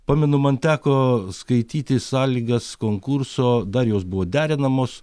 pamenu man teko skaityti sąlygas konkurso dar jos buvo derinamos